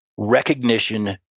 recognition